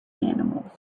animals